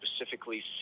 specifically